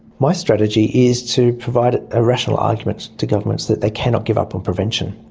my strategy is to provide a rational argument to governments, that they cannot give up on prevention.